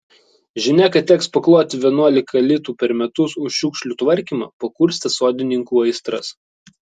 žinia kad teks pakloti vienuolika litų per metus už šiukšlių tvarkymą pakurstė sodininkų aistras